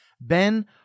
Ben